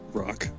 rock